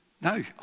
no